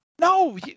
no